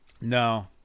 No